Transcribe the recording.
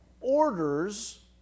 orders